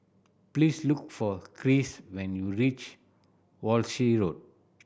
please look for Krish when you reach Walshe Road